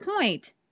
point